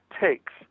takes